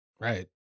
Right